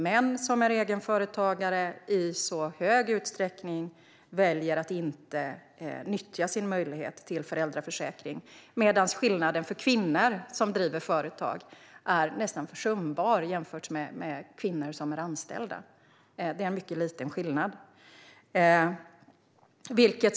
Män som är egenföretagare väljer i hög utsträckning att inte nyttja sin föräldraförsäkring, medan skillnaden mellan kvinnor som driver företag och kvinnor som är anställda är mycket liten, nästan försumbar.